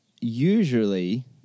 Usually